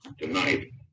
tonight